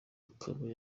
akaba